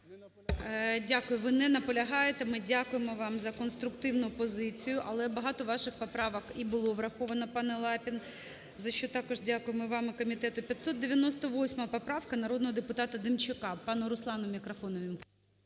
Дякую, ви не наполягаєте. Ми дякуємо вам за конструктивну позицію, але багато ваших поправок і було враховано, пане Лапін, за що також дякуємо вам і комітету. 598 поправка, народного депутатаДемчака.